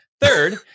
third